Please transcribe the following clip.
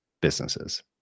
businesses